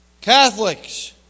Catholics